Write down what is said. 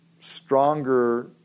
stronger